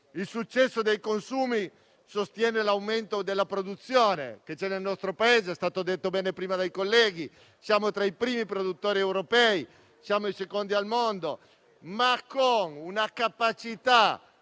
il successo dei consumi sostiene l'aumento della produzione che c'è nel nostro Paese, come è stato detto prima dai colleghi. Siamo i primi produttori europei e siamo i secondi al mondo, ma con una capacità